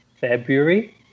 february